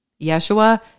Yeshua